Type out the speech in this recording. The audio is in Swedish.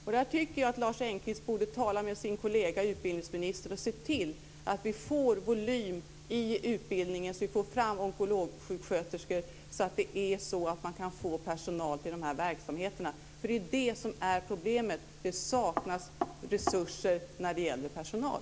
Jag tycker att Lars Engqvist borde tala med sin kollega, utbildningsministern, och se till att vi får volym i utbildningen, så att vi får fram onkologsjuksköterskor, så att man kan få personal till de här verksamheterna. Det är det som är problemet. Det saknas resurser när det gäller personal.